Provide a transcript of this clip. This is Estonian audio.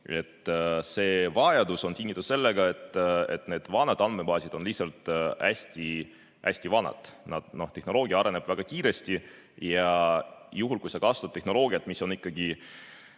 See vajadus on tingitud sellest, et need vanad andmebaasid on lihtsalt hästi vanad. Tehnoloogia areneb väga kiiresti ja juhul, kui sa kasutad tehnoloogiat, mis on